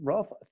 Ralph